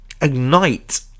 ignite